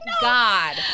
God